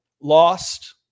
Lost